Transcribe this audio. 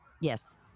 Yes